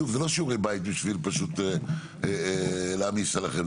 זה לא שיעורי בית להעמיס עליכם,